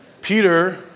Peter